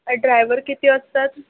driver किती असतात